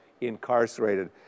incarcerated